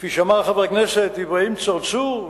כפי שאמר חבר הכנסת אברהים צרצור,